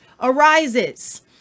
arises